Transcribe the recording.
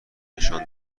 نشان